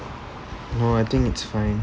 well I think it's fine